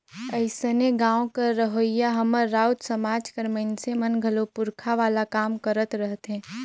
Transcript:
अइसने गाँव कर रहोइया हमर राउत समाज कर मइनसे मन घलो पूरखा वाला काम करत रहथें